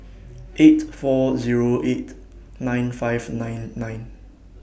eight four Zero eight nine five nine nine